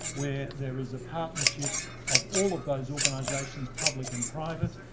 where there is a partnership of all of those organizations, public and private,